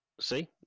See